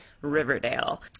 riverdale